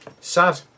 sad